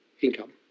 income